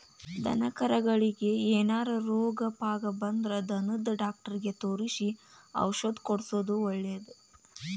ದನಕರಗಳಿಗೆ ಏನಾರ ರೋಗ ಪಾಗ ಬಂದ್ರ ದನದ ಡಾಕ್ಟರಿಗೆ ತೋರಿಸಿ ಔಷಧ ಕೊಡ್ಸೋದು ಒಳ್ಳೆದ